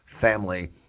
family